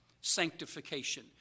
sanctification